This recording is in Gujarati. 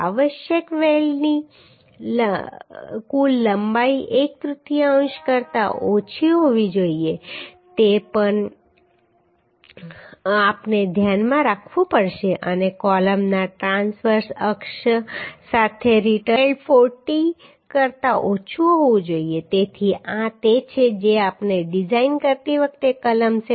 આવશ્યક વેલ્ડની કુલ લંબાઈ એક તૃતીયાંશ કરતા ઓછી હોવી જોઈએ તે પણ આપણે ધ્યાનમાં રાખવું પડશે અને કૉલમના ટ્રાંસવર્સ અક્ષ સાથે રીટર્ન વેલ્ડ 4t કરતા ઓછું હોવું જોઈએ તેથી આ તે છે જે આપણે ડિઝાઇન કરતી વખતે કલમ 7